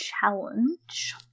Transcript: challenge